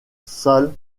sall